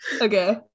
Okay